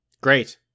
Great